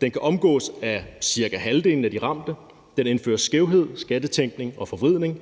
den kan omgås af cirka halvdelen af de ramte, den indfører skævhed, skattetænkning og forvridning,